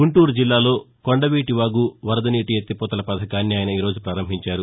గుంటూరు జిల్లాలో కొండవీటి వాగు వరదనీటి ఎత్తిపోతల పథకాన్ని ఆయన ఈ రోజు ప్రారంభించారు